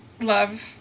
love